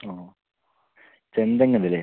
ആ ചെന്തെങ്ങ് ഉണ്ടല്ലെ